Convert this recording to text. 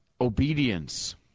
obedience